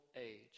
age